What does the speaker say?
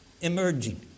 emerging